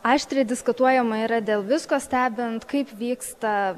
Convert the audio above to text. aštriai diskutuojama yra dėl visko stebint kaip vyksta